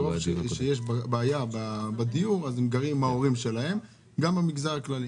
מרוב שיש בעיה בדיור אז הם גרים עם ההורים שלהם גם במגזר הכללי.